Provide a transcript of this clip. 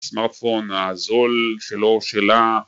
‫סמארטפון הזול שלו או שלה.